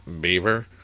beaver